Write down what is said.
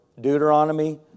Deuteronomy